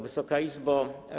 Wysoka Izbo!